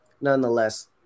nonetheless